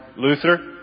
Luther